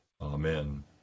Amen